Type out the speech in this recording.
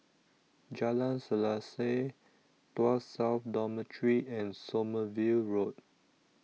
Jalan Selaseh Tuas South Dormitory and Sommerville Road